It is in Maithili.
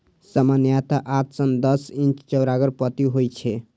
सामान्यतः आठ सं दस इंच चौड़गर पट्टी होइ छै